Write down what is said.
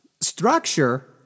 structure